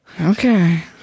Okay